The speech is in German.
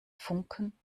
funken